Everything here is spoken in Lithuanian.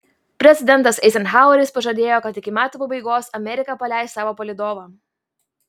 prezidentas eizenhaueris pažadėjo kad iki metų pabaigos amerika paleis savo palydovą